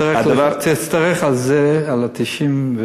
תצטרך על זה, על ה-99,